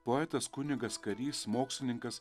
poetas kunigas karys mokslininkas